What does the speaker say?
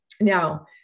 Now